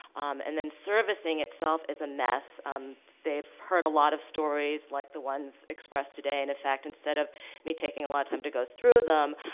and then, servicing itself is a mess. um, they've heard a lot of stories, like the ones expressed today, and in fact, instead of me taking a lot of time to go through them,